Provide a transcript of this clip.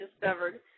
discovered